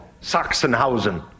Sachsenhausen